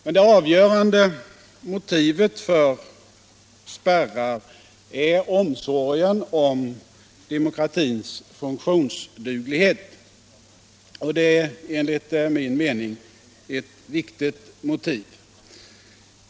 Men det viktigaste motivet för spärrar är omsorgen om demokratins funktionsduglighet, och det är enligt min mening ett av görande motiv.